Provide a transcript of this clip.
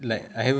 ya